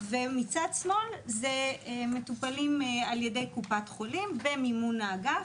ומצד שמאל זה מטופלים על ידי קופת חולים במימון האגף.